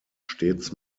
stets